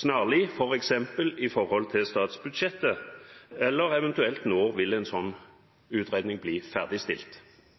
snarlig, f.eks. i forbindelse med statsbudsjettet? Når vil en sånn utredning eventuelt bli ferdigstilt?